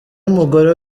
mugore